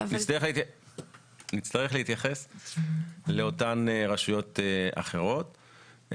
נצטרך להתייחס לאותן רשויות אחרות,